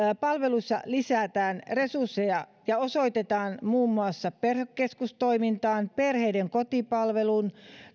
palveluissa lisätään resursseja ja osoitetaan niitä muun muassa perhekeskustoimintaan perheiden kotipalveluun